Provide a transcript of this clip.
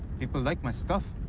people like my stuff.